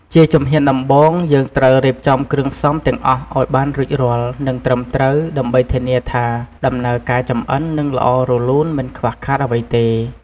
ជាជំហានដំបូង យើងត្រូវរៀបចំគ្រឿងផ្សំទាំងអស់ឱ្យបានរួចរាល់ និងត្រឹមត្រូវ ដើម្បីធានាថា ដំណើរការចម្អិននឹងល្អរលូន មិនខ្វះខាតអ្វីទេ។